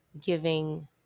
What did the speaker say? giving